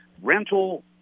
rental